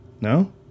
no